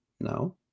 No